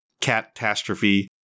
Catastrophe